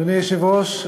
אדוני היושב-ראש,